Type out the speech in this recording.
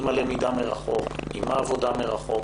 עם הלמידה מרחוק, עם העבודה מרחוק,